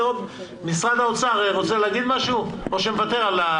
משרד האוצר רוצה להגיד משהו או מוותר?